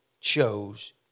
chose